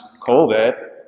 COVID